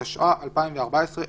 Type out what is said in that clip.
התשע"ה-2014,